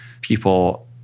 people